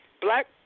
black